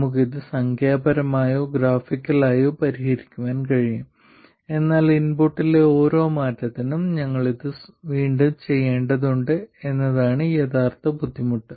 നമുക്ക് ഇത് സംഖ്യാപരമായോ ഗ്രാഫിക്കലായോ പരിഹരിക്കാൻ കഴിയും എന്നാൽ ഇൻപുട്ടിലെ ഓരോ മാറ്റത്തിനും ഞങ്ങൾ ഇത് വീണ്ടും ചെയ്യേണ്ടതുണ്ട് എന്നതാണ് യഥാർത്ഥ ബുദ്ധിമുട്ട്